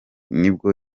nibwo